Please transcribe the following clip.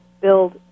build